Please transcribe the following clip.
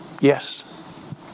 Yes